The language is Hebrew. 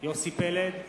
יוסי פלד,